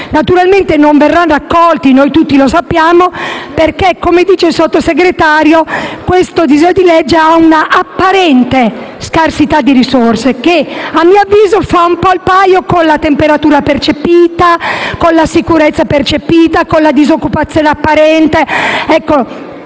emendamenti non verranno accolti, come tutti sappiamo, perché, come dice il Sottosegretario, questo disegno di legge ha un'apparente scarsità di risorse. A mio avviso, questo fa un po' il paio con la temperatura percepita, con la sicurezza percepita, con la disoccupazione apparente,